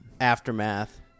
Aftermath